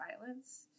violence